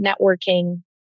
networking